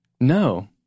No